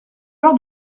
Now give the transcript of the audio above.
heure